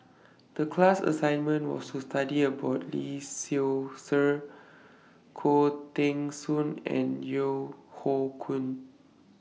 The class assignment was to study about Lee Seow Ser Khoo Teng Soon and Yeo Hoe Koon